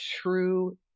true